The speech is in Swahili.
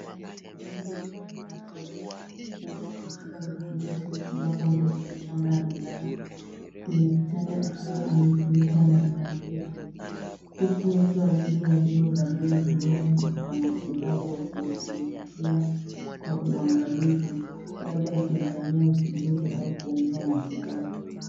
Mandhari ya matibabu labda katika hospitali ambapo mtoto mchanga amelala kwenye kitanda akiwa amefunikwa na blanketi, huku watu wawili wakiwa walio valia glovu za matibabu wakimshughulikia kwa uangalifu labda wakimfanyia uchunguzi au kumpa matibabu.